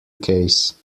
case